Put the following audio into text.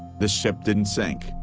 the ship didn't sink,